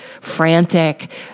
frantic